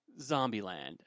Zombieland